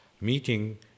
meeting